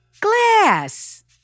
Glass